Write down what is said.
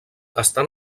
estan